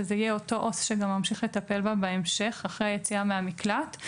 שזה יהיה אותו עו"ס שגם ממשיך לטפל בה בהמשך אחרי היציאה מן המקלט,